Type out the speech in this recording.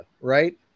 right